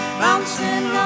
bouncing